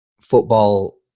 football